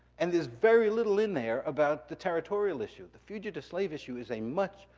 and there's very little in there about the territorial issue. the fugitive slave issue is a much,